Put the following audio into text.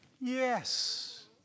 Yes